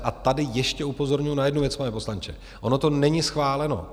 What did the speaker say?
A tady ještě upozorňuju na jednu věc, pane poslanče: ono to není schváleno.